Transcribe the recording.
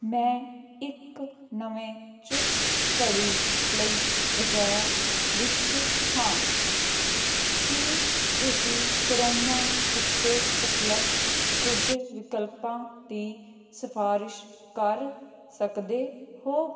ਮੈਂ ਇੱਕ ਨਵੇਂ ਚੁਸਤ ਘੜੀ ਲਈ ਬਾਜ਼ਾਰ ਵਿੱਚ ਹਾਂ ਕੀ ਤੁਸੀਂ ਕਰੋਮਾ ਉੱਤੇ ਉਪਲਬਧ ਕੁੱਝ ਵਿਕਲਪਾਂ ਦੀ ਸਿਫਾਰਸ਼ ਕਰ ਸਕਦੇ ਹੋ